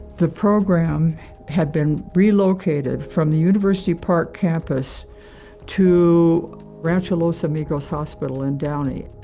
the program had been relocated from the university park campus to rancho los amigos hospital in downey,